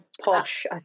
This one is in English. posh